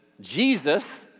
Jesus